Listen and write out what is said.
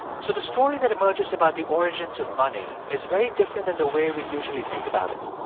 so the story that emerges about the origins of money is very different than the way we usually think about it.